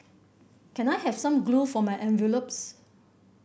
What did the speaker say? can I have some glue for my envelopes